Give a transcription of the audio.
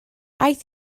aeth